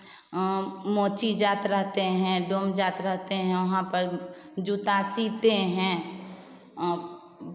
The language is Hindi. मोची जात रहते हैं डोम जात रहते हैं वहाँ पर जूता सिलते हैं